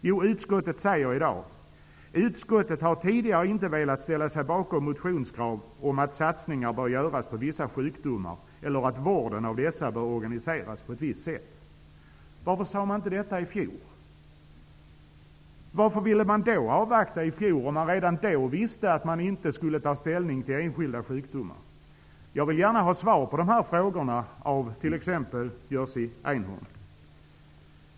Jo, utskottet säger i dag: ''Utskottet har tidigare inte velat ställa sig bakom motionskrav om att satsningar bör göras på vissa sjukdomar eller att vården av dessa bör organiseras på visst sätt.'' Varför sade man inte detta i fjol? Varför ville man då avvakta, om man redan då visste att man inte skulle ta ställning till enskilda sjukdomar? Jag vill gärna ha svar på de frågorna av t.ex. Jerzy Einhorn.